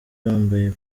bambaye